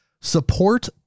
support